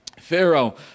Pharaoh